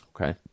Okay